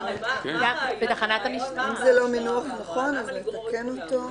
אם זה לא מינוח נכון אז נתקן אותו.